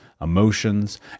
emotions